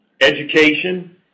education